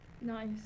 Nice